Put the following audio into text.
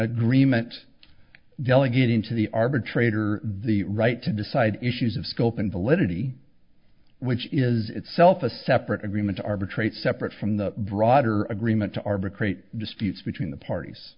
agreement delegating to the arbitrator the right to decide issues of scope and validity which is itself a separate agreement to arbitrate separate from the broader agreement to arbitrate disputes between the parties